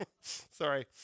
Sorry